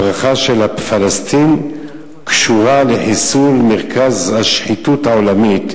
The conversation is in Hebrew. הברכה של פלסטין קשורה לחיסול מרכז השחיתות העולמית,